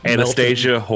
Anastasia